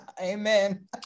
Amen